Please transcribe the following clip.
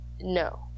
No